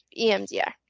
EMDR